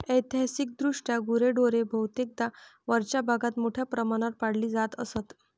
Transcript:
ऐतिहासिकदृष्ट्या गुरेढोरे बहुतेकदा वरच्या भागात मोठ्या प्रमाणावर पाळली जात असत